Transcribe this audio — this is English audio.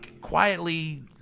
quietly